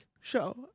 show